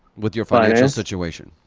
with your financial situation?